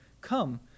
Come